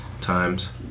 Times